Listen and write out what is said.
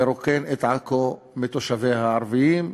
לריקון עכו מתושביה הערבים,